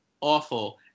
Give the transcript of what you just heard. awful